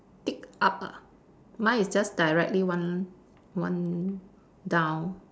tick up ah mine is just directly one one down